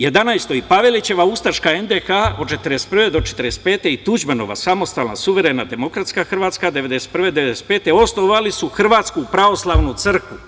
Jedanaesto i Pavelićeva ustaška NDH od 1941. do 1945. i Tuđmanova samostalna, suverena demokratska Hrvatska 1991. do 1995. osnovali su Hrvatsku pravoslavnu crkvu.